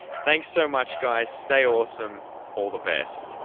thanks so much guys stay awesome all the best